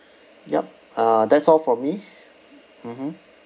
yup uh that's all from me mmhmm